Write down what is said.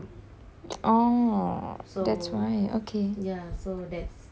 oh so that's why okay